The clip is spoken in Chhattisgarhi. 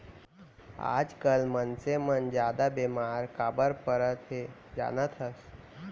आजकाल मनसे मन जादा बेमार काबर परत हें जानत हस?